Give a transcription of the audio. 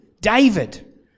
David